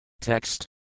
Text